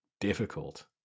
difficult